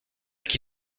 qui